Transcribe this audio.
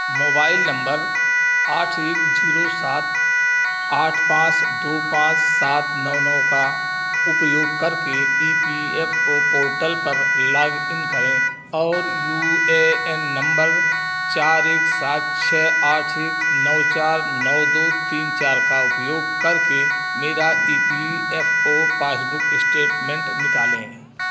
mobile number आठ एक zero सात आठ पाँच दो पाँच सात नौ नौ का उपयोग करके E P F O portal पर लॉग इन करें और यू ए एन नंबर चार एक सात छः आठ एक नौ चार नौ दो तीन चार का उपयोग करके मेरा E P F O passbook statement निकालें